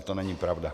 To není pravda.